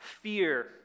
fear